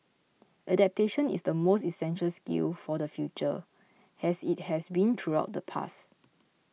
adaptation is the most essential skill for the future as it has been throughout the past